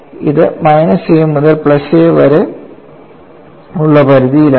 ഇത് minus a മുതൽ plus a വരെ ഉള്ള പരിധിയിൽ ആണ്